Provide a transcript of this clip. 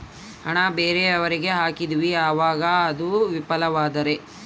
ಹಣ ಬೇರೆಯವರಿಗೆ ಹಾಕಿದಿವಿ ಅವಾಗ ಅದು ವಿಫಲವಾದರೆ?